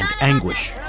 anguish